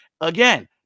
Again